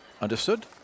Understood